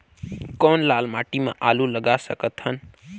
कौन लाल माटी म आलू लगा सकत हन?